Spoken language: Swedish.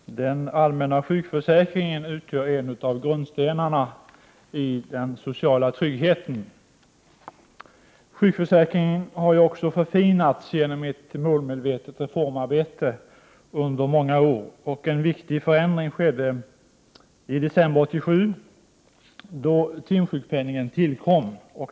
Fru talman! Den allmänna sjukförsäkringen utgör en av grundstenarna i den sociala tryggheten. Sjukförsäkringen har också förfinats genom ett målmedvetet reformarbete under många år, och en viktig förändring skedde i december 1987, då timsjukpenningen tillkom.